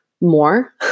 more